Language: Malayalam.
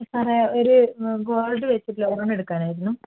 ആ സാറേ ഒര് ഗോൾഡ് വച്ചിട്ട് ലോൺ എടുക്കാനായിരുന്നു